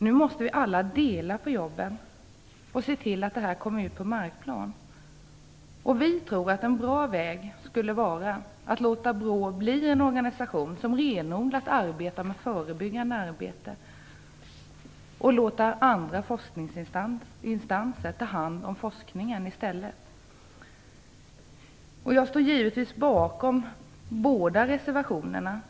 Nu måste vi alla dela på jobben och se till att detta kommer ut till markplanet. Vi tror att en bra väg skulle vara att låta BRÅ bli en organisation som renodlat arbetar med förebyggande arbete medan man i stället låter andra instanser ta hand om forskningen. Jag står givetvis bakom båda reservationerna.